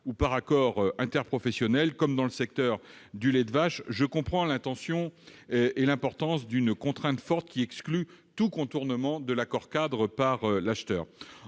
ou par accord interprofessionnel- c'est le cas du secteur du lait de vache -, je comprends l'intention et l'importance d'une contrainte forte qui exclut tout contournement de l'accord-cadre par l'acheteur.